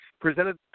presented